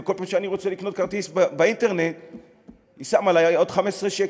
וכל פעם שאני רוצה לקנות כרטיס באינטרנט היא שמה עלי עוד 15 שקלים.